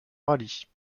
rallye